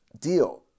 deal